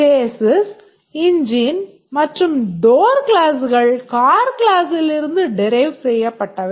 Chasis engine மற்றும் door கிளாஸ்கள் car கிளாஸ்சிலிருந்து derive செய்யப்பட்டவை